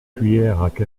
cuillères